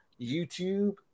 youtube